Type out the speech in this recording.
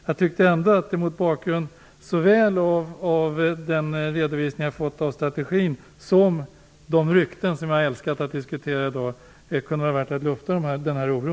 Jag tyckte ändå att det, mot bakgrund av såväl den redovisning som jag har fått av strategin som de rykten som jag älskar att diskutera i dag, kunde ha varit värt att lufta denna oro.